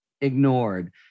ignored